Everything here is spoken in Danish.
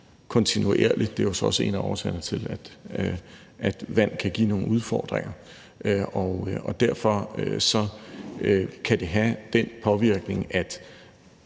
kontinuerligt. Og det er så også en af årsagerne til, at vand kan give nogle udfordringer. Derfor kan det have den påvirkning, at